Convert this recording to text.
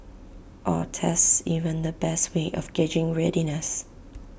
are tests even the best way of gauging readiness